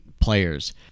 players